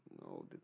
no